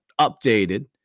updated